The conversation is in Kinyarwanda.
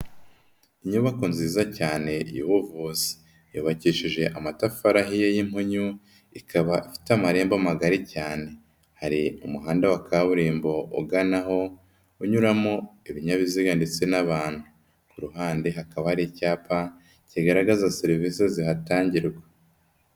Inyubako nziza cyane y'ubuvuzi, yubakesheje amatafari ahiye y'impunyu, ikaba ifite amarembo magari cyane, hari umuhanda wa kaburimbo uganaho unyuramo ibinyabiziga ndetse n'abantu, ku ruhande hakaba hari icyapa kigaragaza serivise zihatangirwa.